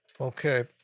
Okay